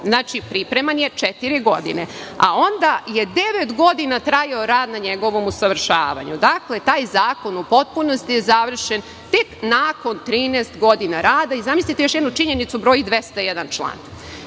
Znači, pripreman je četiri godine, a onda je devet godina trajao rad na njegovom usavršavanju. Dakle, taj zakon u potpunosti je završen tek nakon 13 godina rada i zamislite još jednu činjenicu – broji 201 član.Zašto